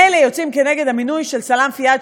מילא יוצאים כנגד המינוי של סלאם פיאד,